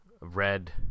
red